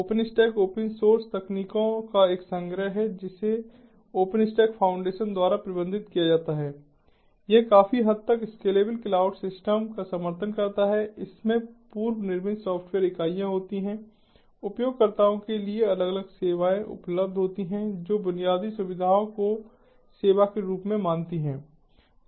तो OpenStack open source तकनीकों का एक संग्रह है जिसे ओपनस्टैक फाउंडेशन द्वारा प्रबंधित किया जाता है यह काफी हद तक स्केलेबल क्लाउड सिस्टम का समर्थन करता है इसमें पूर्वनिर्मित सॉफ्टवेयर इकाइयाँ होती हैं उपयोगकर्ताओं के लिए अलग अलग सेवाएं उपलब्ध होती हैं जो बुनियादी सुविधाओं को सेवा के रूप में मानती हैं